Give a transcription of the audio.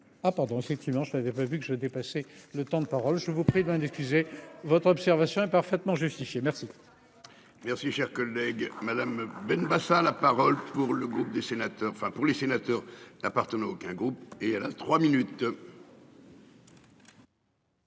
Ah pardon, effectivement je l'avais pas vu que je dépassé le temps de parole, je vous prie d'un accusé, votre observation est parfaitement justifiée. Merci. Merci cher collègue. Madame Benbassa la parole pour le groupe des sénateurs. Enfin pour les sénateurs. N'appartenant à aucun groupe. Et à la trois minutes.--